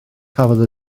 cafodd